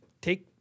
take